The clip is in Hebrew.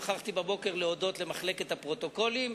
שכחתי בבוקר להודות למחלקת הפרוטוקולים,